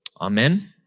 Amen